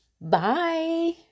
Bye